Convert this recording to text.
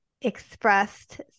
expressed